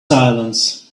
silence